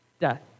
death